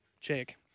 check